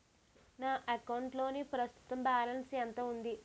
నా అకౌంట్ లోని ప్రస్తుతం బాలన్స్ ఎంత ఉంది?